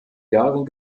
jahren